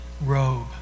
robe